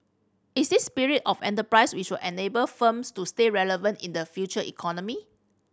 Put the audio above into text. is this spirit of enterprise which will enable firms to stay relevant in the future economy